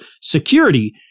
security